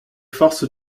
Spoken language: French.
forces